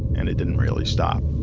and it didn't really stop.